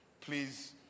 please